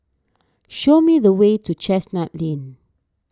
show me the way to Chestnut Lane